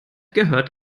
gehört